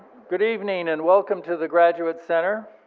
good evening and welcome to the graduate center.